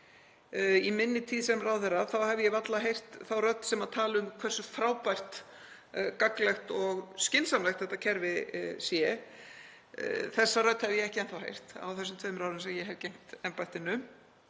Í minni tíð sem ráðherra hef ég varla heyrt þá rödd sem talar um hversu frábært, gagnlegt og skynsamlegt þetta kerfi sé. Þessa rödd hef ég ekki enn þá heyrt á þessum tveimur árum sem ég hef gegnt embættinu.